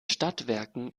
stadtwerken